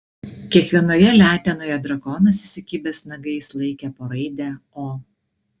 kiekvienoje letenoje drakonas įsikibęs nagais laikė po raidę o